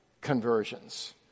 conversions